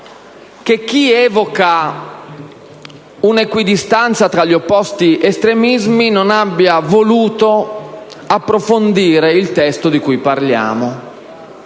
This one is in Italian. che chi evoca una equidistanza tra gli opposti estremismi non abbia voluto approfondire il testo di cui parliamo,